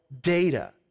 data